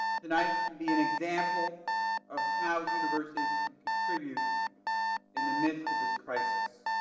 tonight can be an example of how universities can contribute in the midst of this crisis